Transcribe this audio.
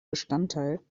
bestandteil